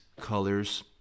colors